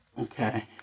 Okay